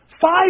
Five